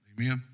Amen